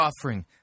offering